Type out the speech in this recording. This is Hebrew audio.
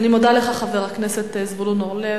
אני מודה לך, חבר הכנסת זבולון אורלב.